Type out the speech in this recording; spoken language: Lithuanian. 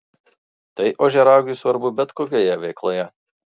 tai ožiaragiui svarbu bet kokioje veikloje